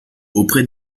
auprès